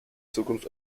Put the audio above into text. zukunft